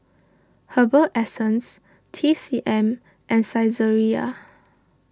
Herbal Essences T C M and Saizeriya